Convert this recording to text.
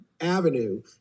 avenue